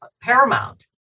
paramount